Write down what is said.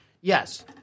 yes